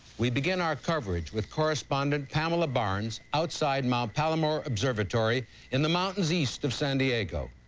we begin our coverage with correspondent pamela barnes outside mount palomar observatory in the mountains east of san diego.